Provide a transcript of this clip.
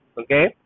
okay